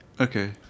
okay